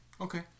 Okay